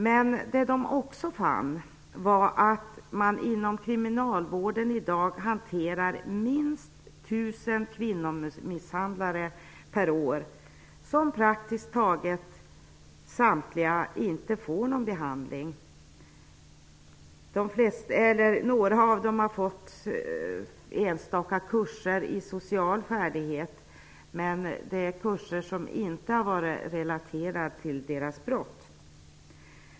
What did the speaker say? Men de fann också att man inom kriminalvården i dag hanterar minst 1 000 kvinnomisshandlare per år, som praktiskt taget samtliga inte får någon behandling. Några har fått genomgå enstaka kurser i social färdighet, men det rör sig om kurser som inte har varit relaterade till deras brott.